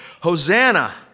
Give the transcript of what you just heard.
Hosanna